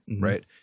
right